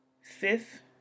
fifth